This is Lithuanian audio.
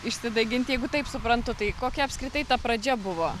išsidaiginti jeigu taip suprantu tai kokia apskritai ta pradžia buvo